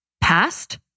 past